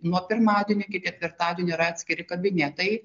nuo pirmadienio iki ketvirtadienio yra atskiri kabinetai